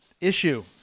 issue